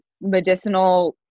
medicinal